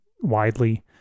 widely